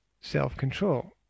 self-control